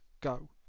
go